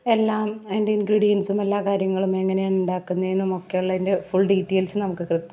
എല്ലാം അതിന്റെ ഇൻഗ്രീടിയൻസ്സും എല്ലാ കാര്യങ്ങളും എങ്ങനെയാണ് ഉണ്ടാക്കുന്നത് എന്നൊക്കെ ഉള്ളതിൻ്റെ ഫുൾ ഡിറ്റെയിൽസ്സ് നമുക്ക്